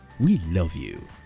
we love you.